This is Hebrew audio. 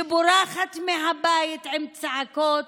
שבורחת מהבית עם צעקות: